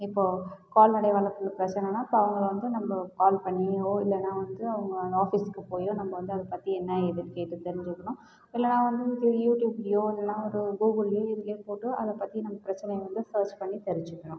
இப்போது கால்நடை வளர்ப்பில் பிரச்சனைனா இப்போதுஅவங்க வந்து நம்ம கால் பண்ணியோ இல்லைனா வந்து அவங்க ஆஃபீசுக்கு போயோ நம்ம வந்து அதைப்பத்தி என்ன ஏதுனு கேட்டு தெரிஞ்சுக்குலாம் இல்லைனா வந்து யூடியூப்லயோ இல்லைனா வந்து ஒரு கூகுள்லயோ இதில் போட்டு அதைப் பற்றி நம்ப பிரச்சினைய வந்து சர்ச் பண்ணி தெரிஞ்சுக்கலாம்